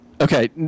Okay